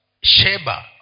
Sheba